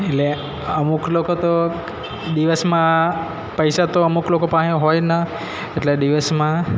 એટલે અમુક અમુક લોકો તો દિવસમાં પૈસા તો અમુક લોકો પાસે હોય ના એટલે દિવસમાં